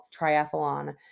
triathlon